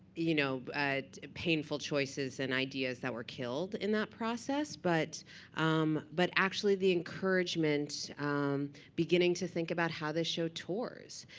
you know painful choices and ideas that were killed in that process. but um but actually the encouragement beginning to think about how this show tours.